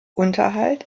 unterhalt